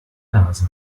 nase